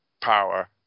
power